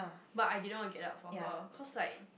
but I didn't want to get up for her cause like